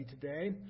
today